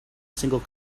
single